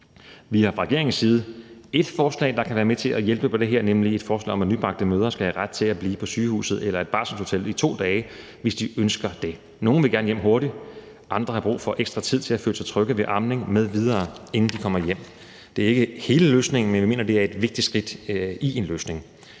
Vi har fra regeringens side et forslag, der kan være med til at hjælpe på det her, nemlig et forslag om, at nybagte mødre skal have ret til at blive på sygehuset eller et barselshotel i 2 dage, hvis de ønsker det. Nogle vil gerne hjem hurtigt, andre har brug for ekstra tid til at føle sig trygge ved amning m.v., inden de kommer hjem. Det er ikke hele løsningen, men vi mener, det er et vigtigt skridt i en løsning.